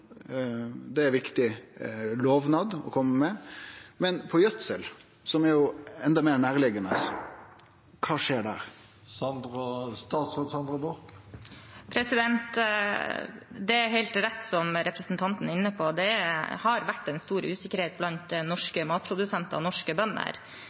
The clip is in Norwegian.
Det er ein viktig lovnad å kome med. Men på gjødsel, som jo er endå meir nærliggjande, kva skjer der? Det er helt rett, som representanten er inne på, at det har vært en stor usikkerhet blant